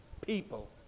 people